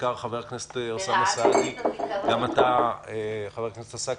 בעיקר של חבר הכנסת אוסאמה סעדי וגם שלך חבר הכנסת עסאקלה,